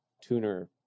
tuner